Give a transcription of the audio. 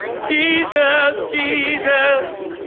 jesus, jesus,